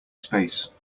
space